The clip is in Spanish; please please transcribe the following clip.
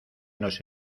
nos